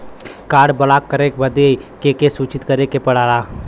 Card block करे बदी के के सूचित करें के पड़ेला?